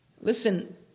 Listen